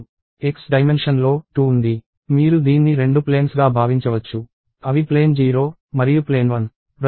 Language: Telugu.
x డైమెన్షన్ లో 2 ఉంది మీరు దీన్ని రెండు ప్లేన్స్ గా భావించవచ్చు అవి ప్లేన్ 0 మరియు ప్లేన్ 1